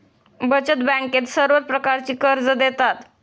बचत बँकेत सर्व प्रकारची कर्जे देतात